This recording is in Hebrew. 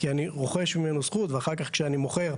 כי אני רוכש ממנו זכות, ואחר כך, כשאני מוכר.